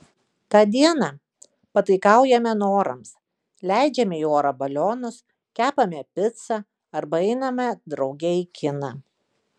tą dieną pataikaujame norams leidžiame į orą balionus kepame picą arba einame drauge į kiną